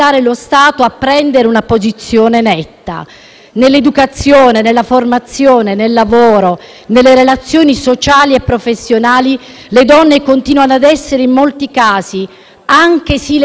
Nell'educazione, nella formazione, nel lavoro e nelle relazioni sociali e professionali le donne continuano a essere in molti casi, anche silenziosamente, sottilmente penalizzate